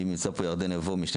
נמצא גם בזום